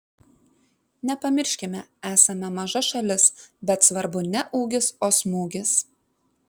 nepamirškime esame maža šalis bet svarbu ne ūgis o smūgis